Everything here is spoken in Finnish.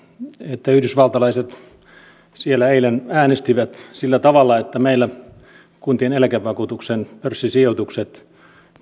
että yhdysvaltalaiset siellä eilen äänestivät sillä tavalla että meillä kuntien eläkevakuutuksen pörssisijoitukset